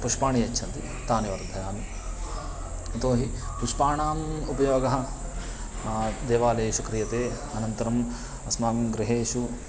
पुष्पाणि यच्छन्ति तानि वर्धयामि यतोहि पुष्पाणाम् उपयोगः देवालयेषु क्रियते अनन्तरम् अस्माकं गृहेषु